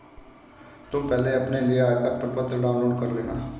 तुम पहले अपने लिए आयकर प्रपत्र डाउनलोड कर लेना